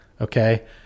Okay